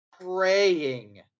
Praying